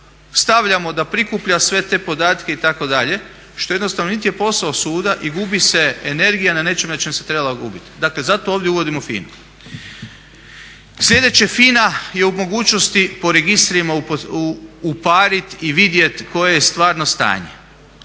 stavljamo da prikuplja sve te podatke itd., što jednostavno niti je posao suda i gubi se energija na nečem na čem se trebala gubit, dakle zato ovdje uvodimo FINA-u. Sljedeće, FINA je u mogućnosti po registrima uparit i vidjet koje je stvarno stanje.